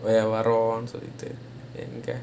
வரும்னு சொல்லிட்டு எங்க:varumnu sollittu enga